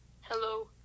Hello